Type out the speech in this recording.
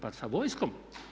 Pa sa vojskom.